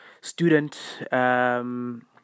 student